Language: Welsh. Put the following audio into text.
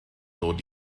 dod